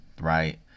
right